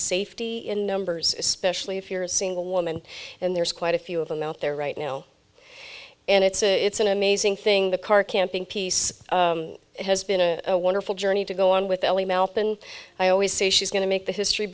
safety in numbers especially if you're a single woman and there's quite a few of them out there right now and it's an amazing thing the car camping piece has been a wonderful journey to go on with ellie mouth and i always she's going to make the history